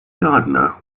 gardiner